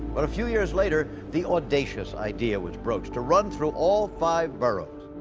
but a few years later the audacious idea was broached to run through all five boroughs.